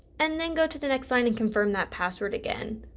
and then go to the next line and confirm that password again